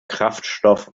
kraftstoff